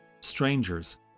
strangers